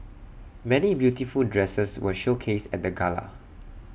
many beautiful dresses were showcased at the gala